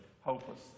hopeless